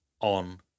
on